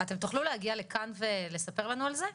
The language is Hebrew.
אתם תוכלו להגיע לכאן ולספר לנו על זה ?